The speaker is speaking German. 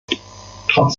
trotz